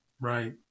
Right